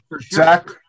zach